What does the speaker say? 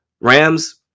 rams